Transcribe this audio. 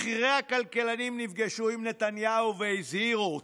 בכירי הכלכלנים נפגשו עם נתניהו והזהירו אותו.